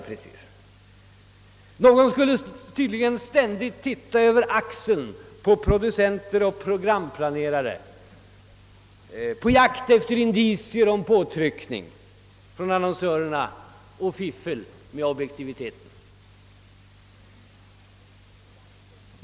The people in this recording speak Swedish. Någon skulle tydligen ständigt se över axeln på producenter och programplanerare på jakt efter indicier om påtryckning från annonsörerna och fiffel med objektiviteten.